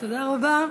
תודה רבה.